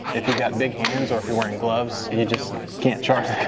if you've got big hands, or if you're wearing gloves, you just can't charge